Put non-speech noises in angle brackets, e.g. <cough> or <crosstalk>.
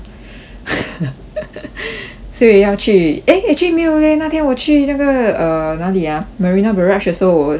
<laughs> 所以要去 eh actually 没有 leh 那天我去那个 err 哪里 ah marina barrage 的时候我 under